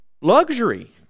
luxury